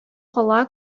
кала